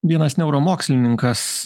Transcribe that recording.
vienas neuromokslininkas